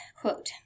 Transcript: quote